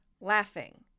laughing